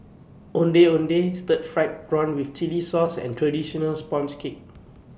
Ondeh Ondeh Stir Fried Prawn with Chili Sauce and Traditional Sponge Cake